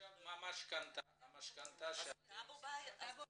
אז הטאבו בעייתי.